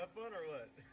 thunder what?